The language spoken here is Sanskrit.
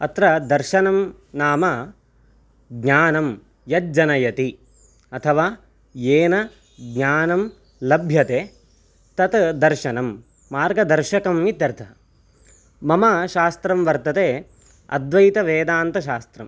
अत्र दर्शनं नाम ज्ञानं यज्जनयति अथवा येन ज्ञानं लभ्यते तत् दर्शनं मार्गदर्शकम् इत्यर्थः मम शास्त्रं वर्तते अद्वैतवेदान्तशास्त्रम्